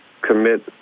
commit